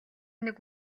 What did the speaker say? нэг